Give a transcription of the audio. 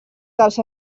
dels